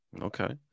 Okay